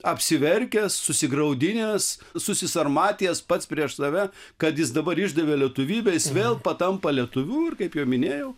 apsiverkęs susigraudinęs susisarmatijęs pats prieš save kad jis dabar išdavė lietuvybę jis vėl patampa lietuviu ir kaip jau minėjau